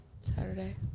Saturday